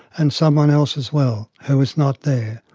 and someone else as well, who is not there.